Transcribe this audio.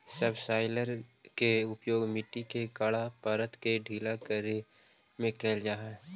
subsoiler के उपयोग मट्टी के कड़ा परत के ढीला करे में कैल जा हई